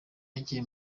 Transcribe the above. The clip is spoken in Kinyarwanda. yagiye